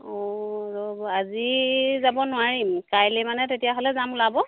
অঁ ৰ'ব আজি যাব নোৱাৰিম কাইলৈ মানে তেতিয়াহ'লে যাম ওলাব